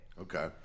Okay